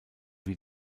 wie